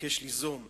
מבקש ליזום.